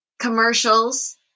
Commercials